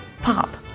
Pop